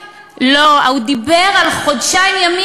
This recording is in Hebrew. לא, הוא דיבר על חודשיים ימים.